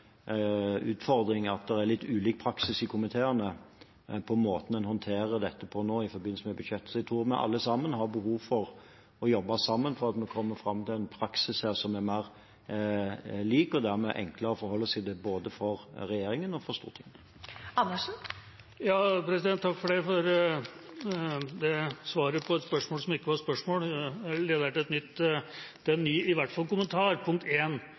er litt ulik praksis i komiteene når det gjelder måten en nå håndterer dette på i forbindelse med budsjettene. Jeg tror vi alle har behov for å jobbe sammen for å komme fram til en praksis her som er mer lik og dermed enklere å forholde seg til både for regjeringen og for Stortinget. Takk for svaret på et spørsmål som ikke var et spørsmål. Jeg har et nytt – i hvert fall en kommentar.